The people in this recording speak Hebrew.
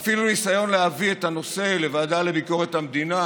אפילו ניסיון להביא את הנושא לוועדה לביקורת המדינה